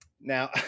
Now